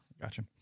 Gotcha